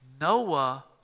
Noah